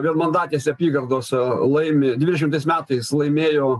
vienmandatėse apygardose laimi dvidešimtais metais laimėjo